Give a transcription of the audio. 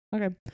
okay